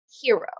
hero